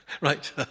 Right